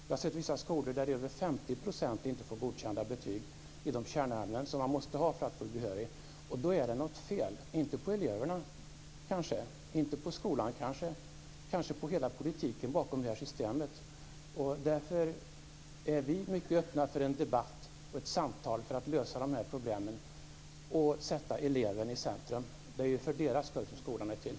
Jag har sett vissa skolor där över 50 % inte får godkända betyg i de kärnämnen som behövs för att få behörighet. Då är det något fel - kanske inte på eleverna eller skolan, men kanske på hela politiken bakom systemet. Därför är vi mycket öppna för en debatt och ett samtal för att lösa dessa problem och sätta eleverna i centrum. Det är ju för deras skull som skolan är till.